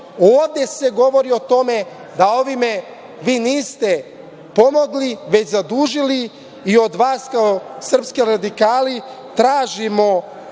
Ovde se govori o tome da ovim vi niste pomogli, već zadužili i od vas kao srpski radikali tražimo